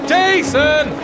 Jason